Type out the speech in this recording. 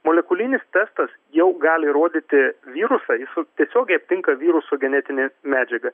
molekulinis testas jau gali rodyti virusą jis tiesiogiai aptinka virusų genetinę medžiagą